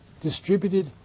distributed